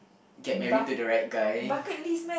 get married to the right guy